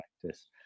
practice